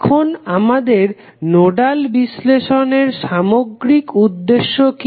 এখন আমাদের নোডাল বিশ্লেষণের সামগ্রিক উদ্দেশ্য কি